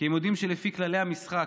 כי הם יודעים שלפי כללי המשחק,